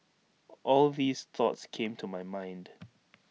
all these thoughts came to my mind